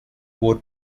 wore